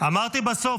אמרתי בסוף.